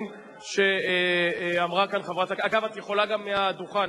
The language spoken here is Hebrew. ונשמע דיווח מעודכן.